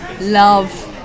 love